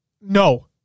No